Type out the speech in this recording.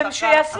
שיעשו את זה.